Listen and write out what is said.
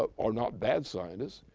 ah or not bad scientists,